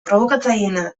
probokatzaileena